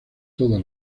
toda